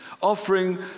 offering